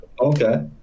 Okay